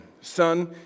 Son